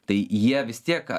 tai jie vis tiek